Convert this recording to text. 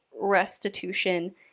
restitution